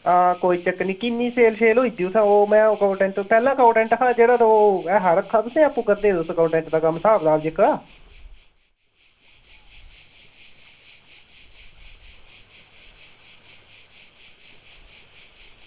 हां कोई चक्कर निं किन्नी सेल शेल होई जंदी उत्थें ओह् में अकाउंटेंट पैह्लें अकाउंटेंट हा जेह्ड़ा ते ओह् ऐ हा रक्खा तुसें जां आपूं करदे हे तुस अकाउंटेंट दा कम्म स्हाब कताब जेह्का